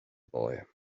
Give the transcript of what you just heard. boy